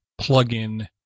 plugin